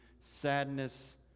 sadness